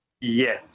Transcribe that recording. Yes